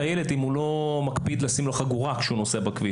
הילד אם הוא לא מקפיד לשים לו חגורה כשהוא נוסע בכביש?